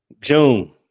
June